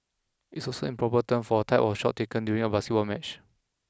it is also the proper term for a type of shot taken during a basketball match